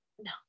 No